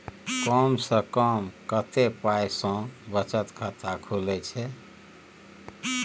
कम से कम कत्ते पाई सं बचत खाता खुले छै?